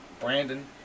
Brandon